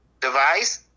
Device